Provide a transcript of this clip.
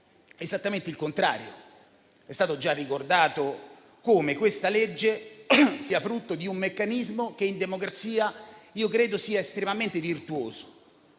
esattamente il contrario. È stato già ricordato come questa legge sia frutto di un meccanismo che in democrazia credo sia estremamente virtuoso,